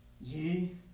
Ye